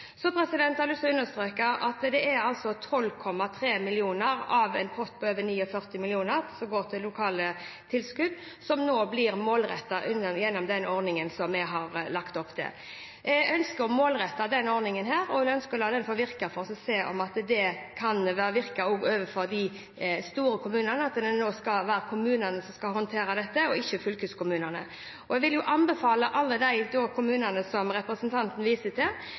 Jeg har lyst til å understreke at det altså er 12,3 mill. kr av en pott på over 49 mill. kr som går til lokale tilskudd, og som nå blir målrettet gjennom den ordningen som vi har lagt opp til. Jeg ønsker å målrette denne ordningen og la den få virke, også for de store kommunene, når det nå skal være kommunene som skal håndtere dette, og ikke fylkeskommunene. Jeg vil anbefale alle de kommunene som representanten viser til,